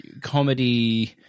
comedy